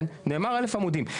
נאמר 1,000 עמודים,